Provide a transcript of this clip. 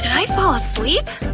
and i fall asleep?